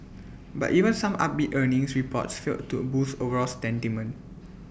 but even some upbeat earnings reports failed to A boost overall sentiment